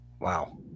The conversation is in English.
Wow